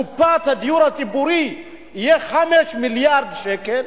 לקופת הדיור הציבורי יהיו 5 מיליארד שקל,